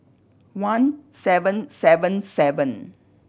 one seven seven seven